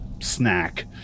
snack